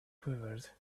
quivered